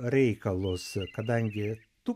reikalus kadangi tu